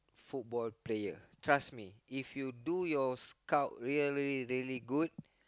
football player trust me if you do your scout really really good